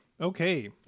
Okay